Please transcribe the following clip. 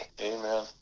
Amen